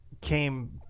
came